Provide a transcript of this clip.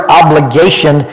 obligation